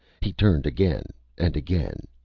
he turned again, and again.